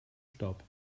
staub